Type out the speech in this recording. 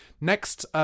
Next